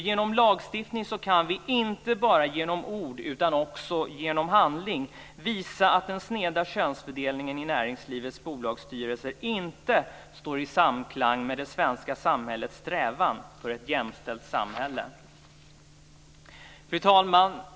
Genom lagstiftning kan vi, inte bara genom ord utan också genom handling, visa att den sneda könsfördelningen i näringslivets bolagsstyrelser inte står i samklang med det svenska samhällets strävan för ett jämställt samhälle. Fru talman!